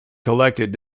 collected